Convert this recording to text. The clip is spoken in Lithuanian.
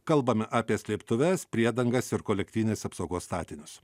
kalbame apie slėptuves priedangas ir kolektyvinės apsaugos statinius